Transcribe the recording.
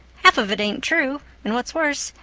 half of it ain't true, and, what's worse,